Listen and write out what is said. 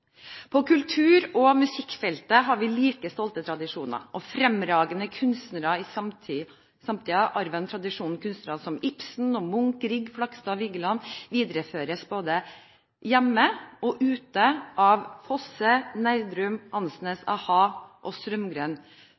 På kultur- og musikkfeltet har vi like stolte tradisjoner. Fremragende kunstnere i samtiden arver en tradisjon av kunstnere som Ibsen, Munch, Grieg, Flagstad og Vigeland, og den videreføres både hjemme og ute av Fosse, Nerdrum, Andsnes, a-ha og